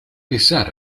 besar